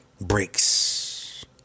breaks